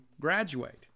graduate